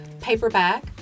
paperback